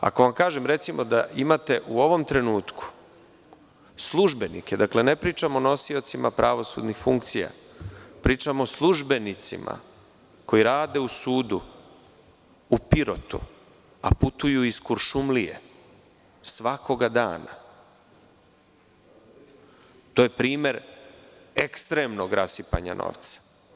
Ako vam kažem da imate u ovom trenutku službenike, ne pričam o nosiocima pravosudnih funkcija, pričam o službenicima, koji rade u sudu u Pirotu, a putuju iz Kuršumlije svakog dana, to je primer ekstremnog rasipanja novca.